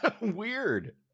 weird